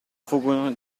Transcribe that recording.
fuggono